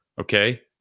Okay